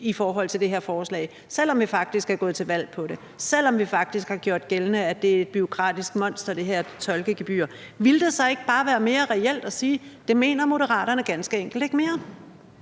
i forhold til det foreslag, selv om man faktisk er gået til valg på det, og selv om man faktisk har gjort gældende, at det her tolkegebyr er et bureaukratisk monster. Ville det så ikke bare være mere reelt at sige: Det mener Moderaterne ganske enkelt ikke mere?